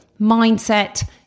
mindset